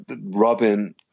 Robin